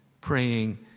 praying